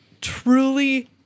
truly